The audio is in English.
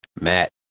Matt